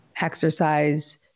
exercise